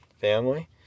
family